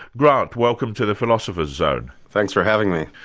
grant, welcome to the philosopher's zone. thanks for having me.